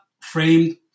framed